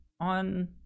on